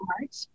March